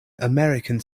american